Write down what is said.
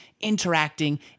interacting